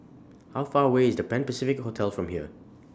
How Far away IS The Pan Pacific Hotel from here